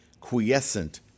quiescent